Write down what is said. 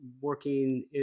working